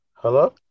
Hello